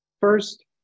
First